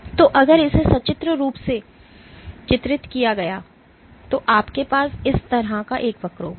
तो अगर इसे सचित्र रूप से चित्रित किया गया तो आपके पास इस तरह एक वक्र होगा